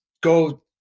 go